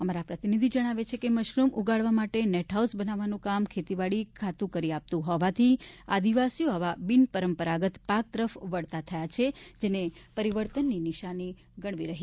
અમારા પ્રતિનિધિ જણાવે છે કે મશરૂમ ઉગાડવા માટે નેટહાઉસ બનાવવાનું કામ ખેતીવાડી ખાતુ કરી આપતું હોવાથી આદિવાસીઓ આવા બિનપરંપરાગત પાક તરફ વળતા જાય છે જેને પરિવર્તનની નિશાની ગણવી રહી